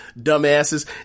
Dumbasses